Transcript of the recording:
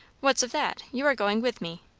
what of that? you are going with me.